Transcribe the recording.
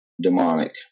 demonic